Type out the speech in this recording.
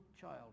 child